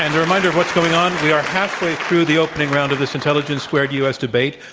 and reminder of what's going on. we are halfway through the opening round of this intelligence squared u. s. debate.